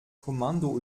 kommando